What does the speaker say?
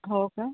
हो काय